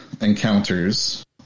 encounters